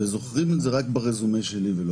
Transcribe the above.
אבל זוכרים את זה רק ברזומה שלי ולא